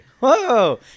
Whoa